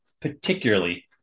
particularly